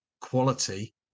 quality